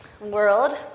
world